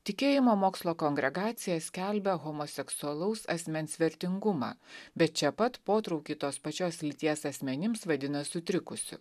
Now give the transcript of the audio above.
tikėjimo mokslo kongregacija skelbia homoseksualaus asmens vertingumą bet čia pat potraukį tos pačios lyties asmenims vadina sutrikusiu